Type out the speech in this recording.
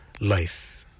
life